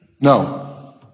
No